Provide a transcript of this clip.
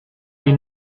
die